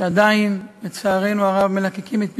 שעדיין, לצערנו הרב, מלקקים את פצעיהם,